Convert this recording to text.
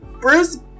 Bruce